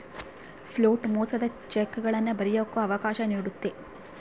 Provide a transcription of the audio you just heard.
float ಮೋಸದ ಚೆಕ್ಗಳನ್ನ ಬರಿಯಕ್ಕ ಅವಕಾಶ ನೀಡುತ್ತೆ